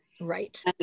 Right